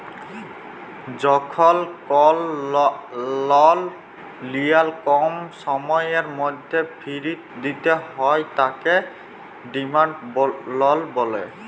যখল কল লল লিয়ার কম সময়ের ম্যধে ফিরত দিতে হ্যয় তাকে ডিমাল্ড লল ব্যলে